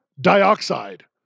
dioxide